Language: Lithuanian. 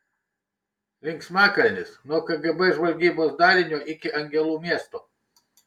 linksmakalnis nuo kgb žvalgybos dalinio iki angelų miesto